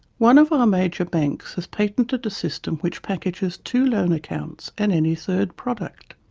one of our major banks has patented a system which packages two loan accounts and any third product.